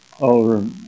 over